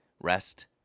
rest